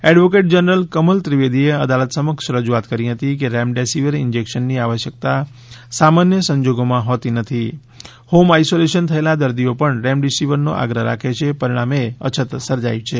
advocate general Kamal ત્રિવેદીએ અદાલત સમક્ષ રજુઆત કરી કે રેમડેસીવર ઇન્જેકશનની આવશ્યકતા સામાન્ય સંજોગોમાં હોતી નથી હોમ આઈસોલેશન થયેલા દર્દીઓ પણ રેમડેસિવીરનો આગ્રહ રાખે છે પરિણામે અછત સર્જાઇ છે